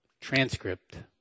transcript